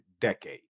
decade